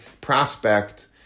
prospect